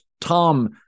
Tom